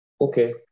Okay